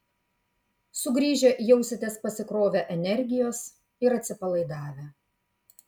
sugrįžę jausitės pasikrovę energijos ir atsipalaidavę